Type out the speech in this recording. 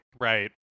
right